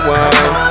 one